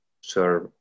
serve